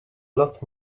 lot